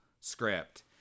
script